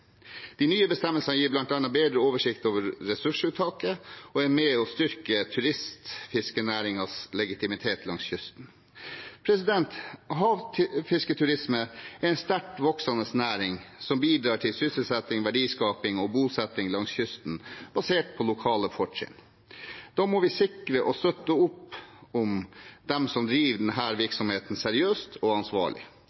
De nye bestemmelsene gir bl.a. bedre oversikt over ressursuttaket og er med på å styrke turistfiskenæringens legitimitet langs kysten. Havfisketurisme er en sterkt voksende næring som bidrar til sysselsetting, verdiskaping og bosetting langs kysten, basert på lokale fortrinn. Da må vi sikre og støtte opp om dem som driver